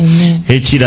Amen